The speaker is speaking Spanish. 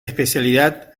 especialidad